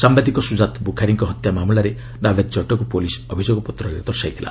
ସାମ୍ବାଦିକ ସୁଜାତ୍ ବୁଖାରୀଙ୍କ ହତ୍ୟା ମାମଲାରେ ନାଭେଦ୍ କଟ୍ଟକୁ ପୁଲିସ୍ ଅଭିଯୋଗ ପତ୍ରରେ ଦର୍ଶାଇଥିଲା